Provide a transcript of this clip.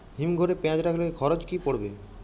হিম ঘরে পেঁয়াজ রাখলে খরচ কি পড়বে?